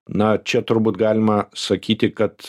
na čia turbūt galima sakyti kad